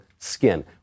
skin